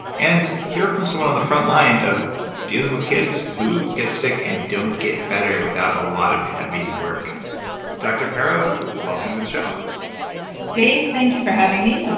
and hear from someone on the front line of dealing with kids who get sick and don't get better without a lot of heavy work dr. perro, welcome to the show dave, thank you for having me.